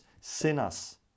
sinners